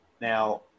Now